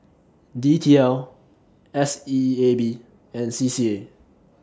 D T L S E A B and C C A